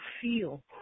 feel